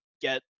get